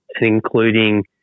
Including